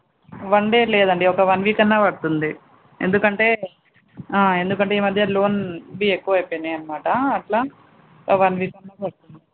one day లేదండి ఒక one week అన్నా పడుతుంది ఎందుకంటే ఎందుకంటే ఈ మధ్య లోన్వి ఎక్కువ అయిపోయినాయి అన్నమాట అట్లా ఒక వన్ వీక్ అన్నా పడుతుంది